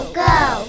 go